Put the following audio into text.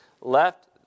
left